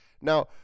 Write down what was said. Now